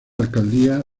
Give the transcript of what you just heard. alcaldía